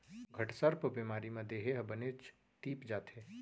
घटसर्प बेमारी म देहे ह बनेच तीप जाथे